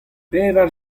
pevar